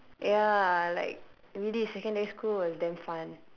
ya like really secondary school was damn fun